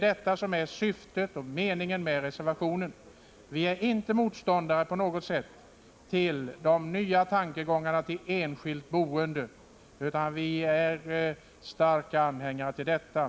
Detta är syftet med reservationen. Vi är inte på något sätt motståndare till de nya tankegångarna beträffande enskilt boende, utan vi är starka anhängare till detta.